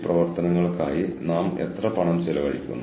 അവർ സ്വന്തമായി എത്രമാത്രം ചെയ്യണം